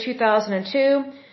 2002